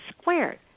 squared